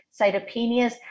cytopenias